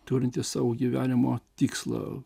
turinti savo gyvenimo tikslą